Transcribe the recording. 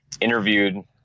interviewed